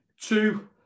two